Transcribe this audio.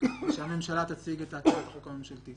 ואחר כך נצטרך לאשר את זה גם בוועדת הכנסת.